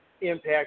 impact